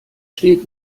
steht